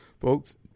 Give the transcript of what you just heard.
folks